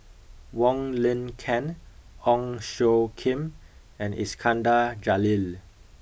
Wong Lin Ken Ong Tjoe Kim and Iskandar Jalil